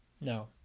No